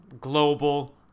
global